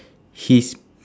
he's